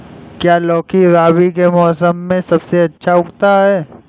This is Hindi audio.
क्या लौकी रबी के मौसम में सबसे अच्छा उगता है?